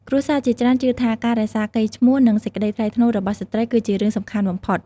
គ្រួសារជាច្រើនជឿថាការរក្សាកេរ្តិ៍ឈ្មោះនិងសេចក្តីថ្លៃថ្នូររបស់ស្ត្រីគឺជារឿងសំខាន់បំផុត។